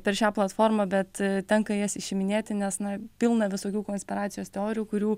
per šią platformą bet tenka jas išiminėti nes na pilna visokių konspiracijos teorijų kurių